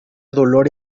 dolor